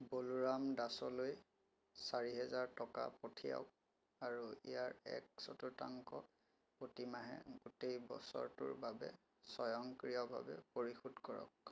বলোৰাম দাসলৈ চাৰিহেজাৰ টকা পঠিয়াওক আৰু ইয়াৰ এক চতুৰ্থাংশ প্ৰতিমাহে গোটেই বছৰটোৰ বাবে স্বয়ংক্ৰিয়ভাৱে পৰিশোধ কৰক